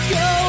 go